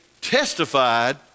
testified